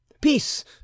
Peace